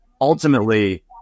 ultimately